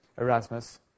Erasmus